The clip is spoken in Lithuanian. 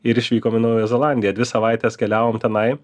ir išvykom į naująją zelandiją dvi savaites keliavom tenai